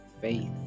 faith